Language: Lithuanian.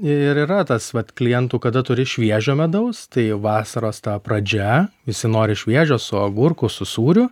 ir yra tas vat klientų kada turi šviežio medaus tai vasaros ta pradžia visi nori šviežio su agurku su sūriu